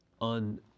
on